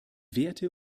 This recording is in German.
werte